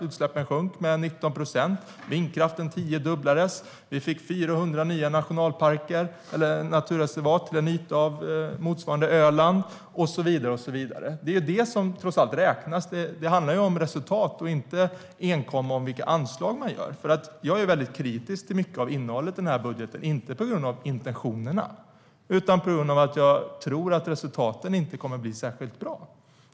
Utsläppen sjönk som sagt med 19 procent, vindkraften tiodubblades, vi fick 400 nya naturreservat till en yta motsvarande Ölands och så vidare. Det är det som trots allt räknas. Det handlar om resultat, inte enkom om vilka anslag man har. Jag är kritisk till mycket av innehållet i budgeten, inte på grund av intentionerna utan för att jag inte tror att resultaten kommer att bli särskilt bra.